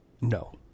No